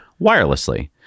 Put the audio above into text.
wirelessly